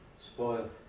spoil